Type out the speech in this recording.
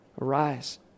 arise